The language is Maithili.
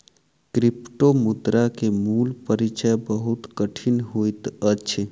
क्रिप्टोमुद्रा के मूल परिचय बहुत कठिन होइत अछि